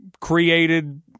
created